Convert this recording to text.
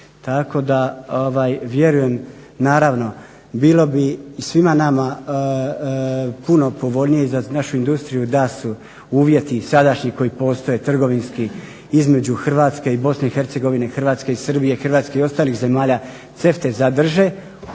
tako da vjerujem. Naravno bilo bi i svima nama puno povoljnije i za našu industriju da su uvjeti sadašnji koji postoje trgovinski između Hrvatske i BiH, Hrvatske i Srbije, Hrvatske i ostalih zemalja CEFTA-e zadrže